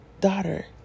daughter